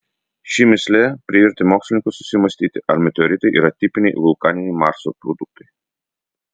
ši mįslė privertė mokslininkus susimąstyti ar meteoritai yra tipiniai vulkaniniai marso produktai